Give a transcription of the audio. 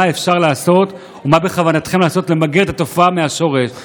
מה אפשר לעשות ומה בכוונתכם לעשות כדי למגר את התופעה מהשורש?